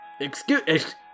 Excuse